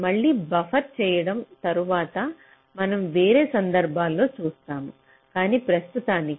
మళ్ళీ బఫర్ చేయడం తరువాత మనం వేరే సందర్భంలో చూస్తాము కానీ ప్రస్తుతానికి